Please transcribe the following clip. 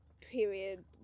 period